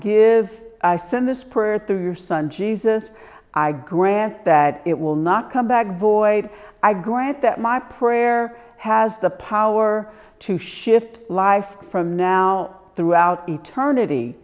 give i send this prayer through your son jesus i grant that it will not come back void i grant that my prayer has the power to shift life from now throughout eternity